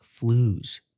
flus